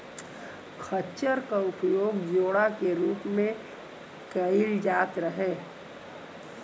खच्चर क उपयोग जोड़ा के रूप में कैईल जात रहे